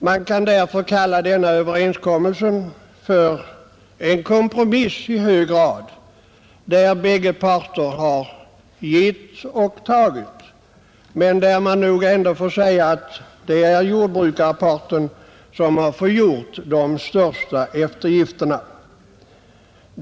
Man kan därför kalla denna överenskommelse för en kompromiss i hög grad där båda parter har gett och tagit men där man nog ändå får säga att det är jordbrukarparten som har fått göra de största eftergifterna.